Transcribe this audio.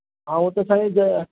हा उहो त साईं ज